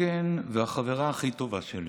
העוגן והחברה הכי טובה שלי,